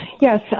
Yes